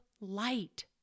light